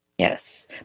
Yes